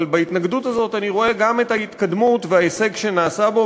אבל בהתנגדות הזאת אני רואה גם את ההתקדמות וההישג שיש בו,